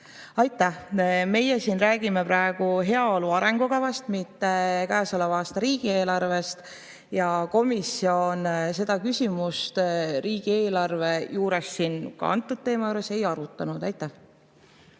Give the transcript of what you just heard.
Aitäh! Meie siin räägime praegu heaolu arengukavast, mitte käesoleva aasta riigieelarvest. Ja komisjon seda küsimust, riigieelarve küsimust, selle teema juures ei arutanud. Aitäh!